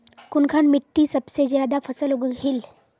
कुनखान मिट्टी सबसे ज्यादा फसल उगहिल?